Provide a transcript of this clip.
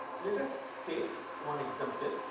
let us take one example.